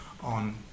on